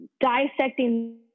dissecting